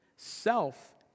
Self